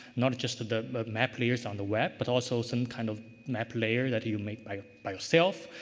not just the map layers on the web, but also some kind of map layer that you make by by myself.